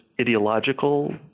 ideological